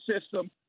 system